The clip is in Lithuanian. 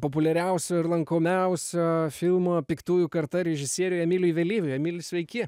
populiariausio ir lankomiausio filmo piktųjų karta režisieriui emiliui vėlyviui emili sveiki